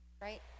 right